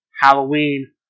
Halloween